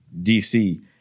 DC